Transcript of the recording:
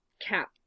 cap